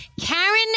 Karen